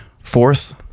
fourth